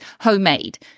homemade